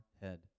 head